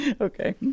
Okay